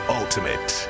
ultimate